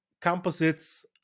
Composites